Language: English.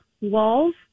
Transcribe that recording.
walls